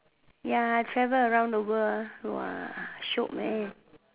ya I travel around the world ah !wah! shiok man